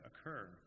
occur